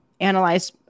analyze